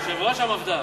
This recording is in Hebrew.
יושב-ראש המפד"ל.